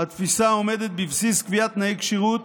התפיסה העומדת בבסיס קביעת תנאי כשירות